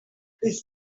les